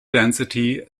density